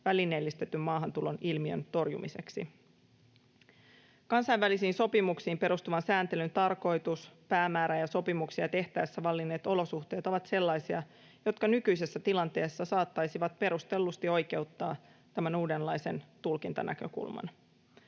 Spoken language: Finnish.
välineellistetyn maahantulon ilmiön torjumiseksi. Kansainvälisiin sopimuksiin perustuvan sääntelyn tarkoitus, päämäärä ja sopimuksia tehtäessä vallinneet olosuhteet ovat sellaisia, jotka nykyisessä tilanteessa saattaisivat perustellusti oikeuttaa tämän uudenlaisen tulkintanäkökulman.